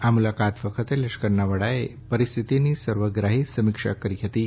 આ મુલાકાત વખતે લશ્કરનાં વડાએ પરિસ્થિતીની સર્વગ્રાહી સંમિક્ષા કરી હતીં